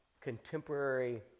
contemporary